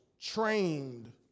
trained